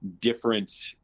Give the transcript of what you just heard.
different